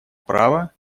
права